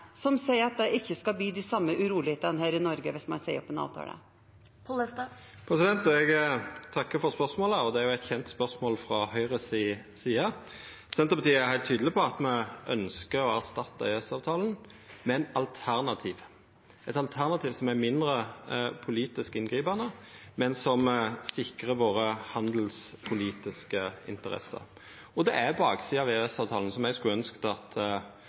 som sier at det ikke skal bli de samme urolighetene her i Norge hvis man sier opp en avtale. Eg takkar for spørsmålet. Dette er jo eit kjent spørsmål frå Høgres side. Senterpartiet er heilt tydeleg på at me ønskjer å erstatta EØS-avtalen med eit alternativ – eit alternativ som er mindre politisk inngripande, men som sikrar dei handelspolitiske interessene våre. Og det er baksider ved EØS-avtalen som eg skulle ønskja at